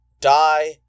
Die